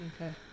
Okay